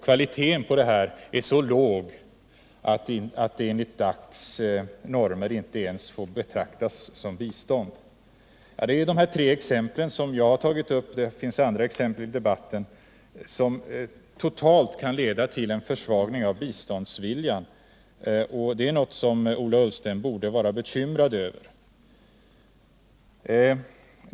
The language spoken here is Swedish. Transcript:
Kvaliteten på denna satsning är så låg att den enligt dagens internationella normer inte ens får betraktas som bistånd. Det är dessa tre exempel som jag har tagit upp. Andra exempel som har anförts i debatten visar på brister som totalt sett kan leda till en försvagning av biståndsviljan, och det är något som Ola Ullsten borde vara bekymrad över.